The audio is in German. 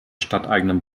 stadteigenen